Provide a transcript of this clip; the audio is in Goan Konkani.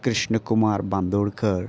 कृष्ण कुमार बांदोडकर